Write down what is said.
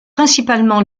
principalement